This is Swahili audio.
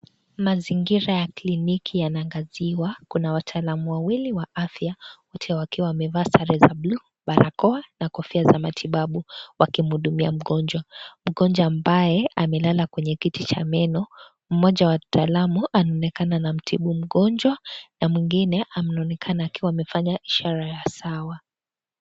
Mazingira ya kliniki yanaangaziwa. Kuna wataalamu wawili wa afya wote wakiwa wamevaa sare za buluu, barakoa na kofia za matibabu wakimhudumia mgonjwa. Mgonjwa ambaye amelala kwenye kiti cha meno. Mmoja wa wataalamu anaonekana anamtibu mgonjwa na mwingine anaonekana akiwa amefanya ishara ya sawa.